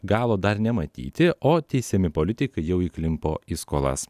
galo dar nematyti o teisiami politikai jau įklimpo į skolas